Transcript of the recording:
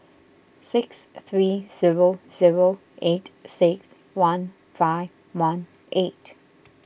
six three zero zero eight six one five one eight